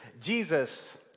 Jesus